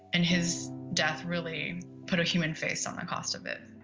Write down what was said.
and his death really put a human face on the cost of it.